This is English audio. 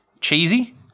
cheesy